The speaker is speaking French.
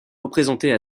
représentée